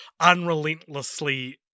unrelentlessly